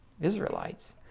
Israelites